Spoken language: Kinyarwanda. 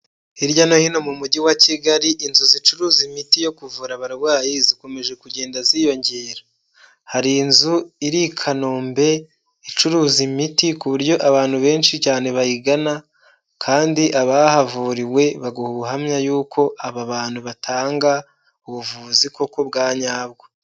Hirya no hino mu mujyi wa Kigali inzu zicuruza imiti yo kuvura abarwayi zikomeje kugenda ziyongera, hari inzu iri Kanombe icuruza imiti ku buryo abantu benshi cyane bayigana, kandi abahavuriwe baguha ubuhamya yuko aba bantu batanga ubuvuzi koko bwa nyabwo.